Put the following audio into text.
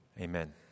Amen